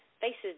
faces